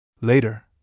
Later